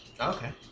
Okay